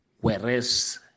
whereas